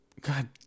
God